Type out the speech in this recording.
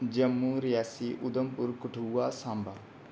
Jammu Reasi Udhampur Samba Kathua